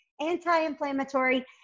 anti-inflammatory